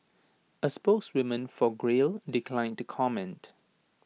A spokeswoman for Grail declined to comment